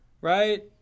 right